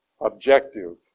objective